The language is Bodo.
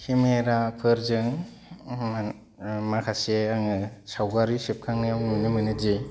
केमेराफोरजों माखासे आङो सावगारि सेबखांनायाव नुनो मोनोदि